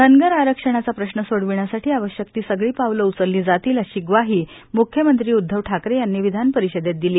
धनगर आरक्षणाचा प्रश्न सोडविण्यासाठी आवश्यक ती सगळी पावलं उचलली जातील अशी ग्वाही मुख्यमंत्री उद्धव ठाकरे यांनी विधान परिषदेत दिली